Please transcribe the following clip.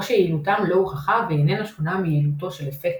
או שיעילותם לא הוכחה והיא איננה שונה מיעילותו של אפקט